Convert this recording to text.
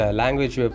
language